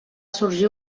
sorgir